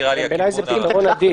בעיני זה פתרון אדיר.